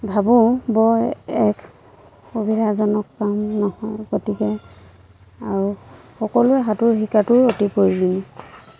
ভাবোঁ বৰ এক সুবিধাজনক কাম নহয় গতিকে আৰু সকলোৱে সাঁতোৰ শিকাটোও অতি প্ৰয়োজন